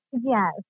Yes